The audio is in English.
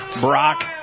Brock